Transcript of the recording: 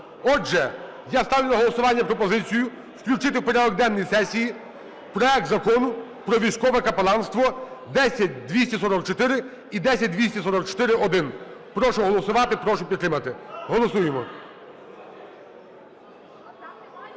Отже, я ставлю на голосування пропозицію, включити в порядок денний сесії проект Закону про військове капеланство (10244 і 10244-1). Прошу голосувати, прошу підтримати, голосуємо.